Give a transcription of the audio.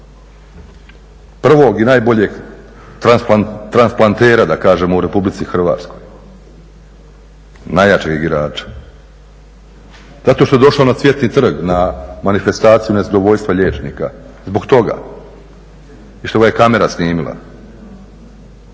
Prvog i najboljeg transplantera da kažem u RH, najjačeg igrača. Zato što je došao na Cvjetni trg na manifestaciju nezadovoljstva liječnika, zbog toga. I što ga je kamera snimila.